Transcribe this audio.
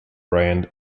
brand